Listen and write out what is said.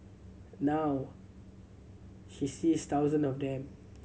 now she sees thousand of them